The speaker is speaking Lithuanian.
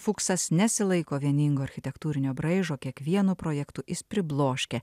fuksas nesilaiko vieningo architektūrinio braižo kiekvienu projektu jis pribloškia